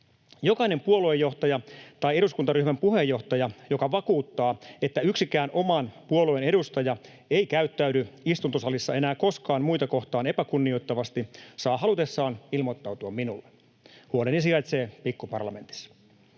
Jokainen puoluejohtaja tai eduskuntaryhmän puheenjohtaja, joka vakuuttaa, että yksikään oman puolueen edustaja ei käyttäydy istuntosalissa enää koskaan muita kohtaan epäkunnioittavasti, saa halutessaan ilmoittautua minulle. Huoneeni sijaitsee Pikkuparlamentissa.